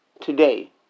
today